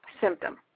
symptom